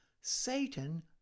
Satan